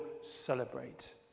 celebrate